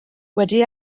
wedi